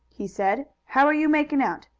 he said. how are you making out?